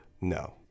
No